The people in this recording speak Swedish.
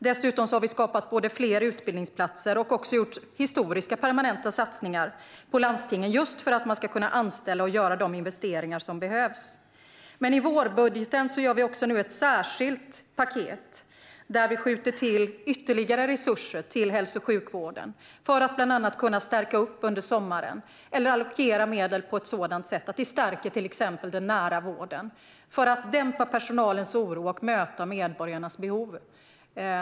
Dessutom har vi både skapat fler utbildningsplatser och gjort historiska permanenta satsningar på landstingen, just för att man ska kunna anställa och göra de investeringar som behövs. I vårbudgeten har vi nu också gjort ett särskilt paket. Vi skjuter till ytterligare resurser till hälso och sjukvården för att man bland annat ska kunna stärka upp under sommaren eller allokera medel på ett sådant sätt att till exempel den nära vården stärks, för att dämpa personalens oro och möta medborgarnas behov.